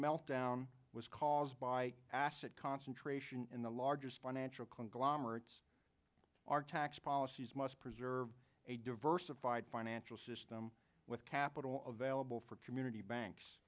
meltdown was caused by asset concentration in the largest financial conglomerates our tax policies must preserve a diversified financial system with capital of vailable for community banks